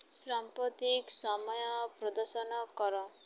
ସାମ୍ପ୍ରତିକ ସମୟ ପ୍ରଦର୍ଶନ କର